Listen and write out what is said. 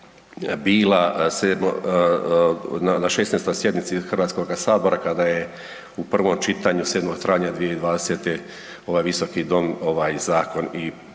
bila na 16. sjednici HS kada je u prvom čitanju 7. travnja 2020. ovaj visoki dom ovaj zakon i prihvatio